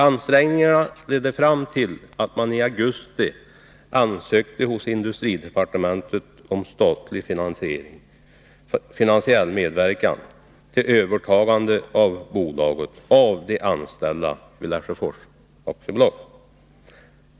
Ansträngningarna ledde fram till att man i augusti ansökte hos industridepartementet om statlig finansiell medverkan till övertagande av bolaget av de anställda vid Lesjöfors AB.